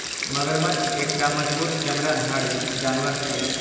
मगरमच्छ एकटा मजबूत चमड़ाधारी जानवर छियै